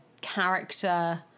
character